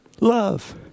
love